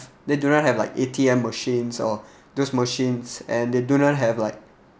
they do not have like A_T_M machines or those machines and they do not have like